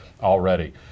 already